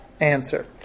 answer